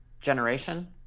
generation